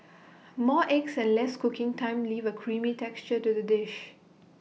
more eggs and less cooking time leave A creamy texture to the dish